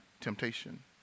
temptation